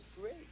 Great